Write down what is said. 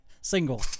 Single